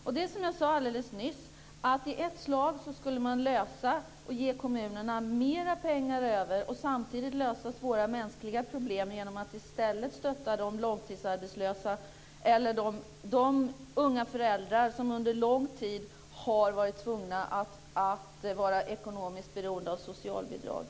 Det är som jag sade alldeles nyss, att i ett slag skulle man ge kommunerna mer pengar över och samtidigt lösa svåra mänskliga problem genom att i stället stötta de långtidsarbetslösa eller de unga föräldrar som under lång tid har varit tvungna att vara ekonomiskt beroende av socialbidrag.